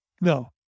no